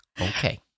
okay